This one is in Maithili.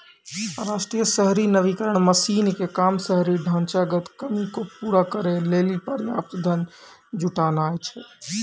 राष्ट्रीय शहरी नवीकरण मिशन के काम शहरी ढांचागत कमी के पूरा करै लेली पर्याप्त धन जुटानाय छै